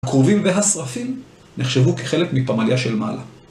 הכרובים והשרפים נחשבו כחלק מפמלייה של מעלה.